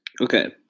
Okay